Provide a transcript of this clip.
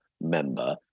member